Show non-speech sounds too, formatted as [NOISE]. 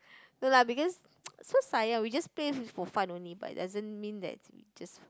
no lah because [NOISE] so sayang we just play for fun only but it doesn't mean that just